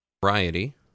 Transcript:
Variety